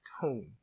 tone